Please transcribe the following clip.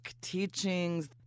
teachings